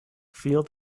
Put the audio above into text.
feel